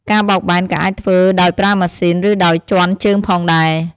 ការបោកបែនក៏អាចធ្វើដោយប្រើម៉ាស៊ីន ឬដោយជាន់ជើងផងដែរ។